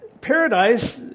paradise